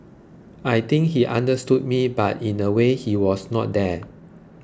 I think he understood me but in a way he was not there